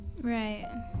Right